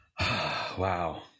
Wow